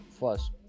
First